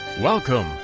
Welcome